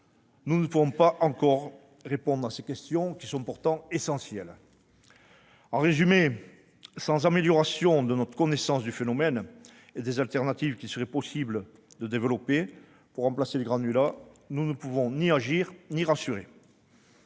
Nous ne pouvons pas encore répondre à ces questions, qui sont pourtant essentielles. En résumé, sans amélioration de notre connaissance du phénomène et des autres solutions qu'il serait possible de développer pour remplacer les granulats, nous ne pouvons ni agir ni rassurer.